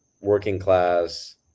working-class